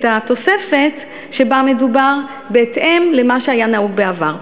התוספת שבה מדובר בהתאם למה שהיה נהוג בעבר.